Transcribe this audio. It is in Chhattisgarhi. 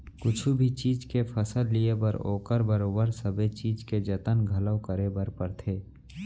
कुछु भी चीज के फसल लिये बर ओकर बरोबर सबे चीज के जतन घलौ करे बर परथे